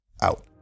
out